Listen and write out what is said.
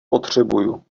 potřebuju